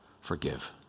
forgive